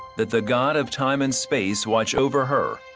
that the god of time and space watch over her,